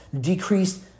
decreased